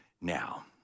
now